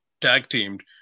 tag-teamed